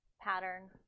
pattern